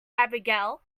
abigail